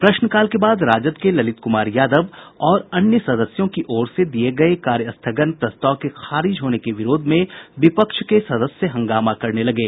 प्रश्नकाल के बाद राजद के ललित कुमार यादव और अन्य सदस्यों की ओर से दिये गये कार्यस्थगन प्रस्ताव के खारिज होने के विरोध में विपक्ष के सदस्य हंगामा करने लगे